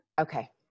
Okay